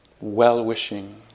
well-wishing